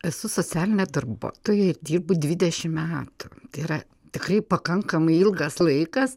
esu socialinė darbuotoja ir dirbu dvidešim metų tai yra tikrai pakankamai ilgas laikas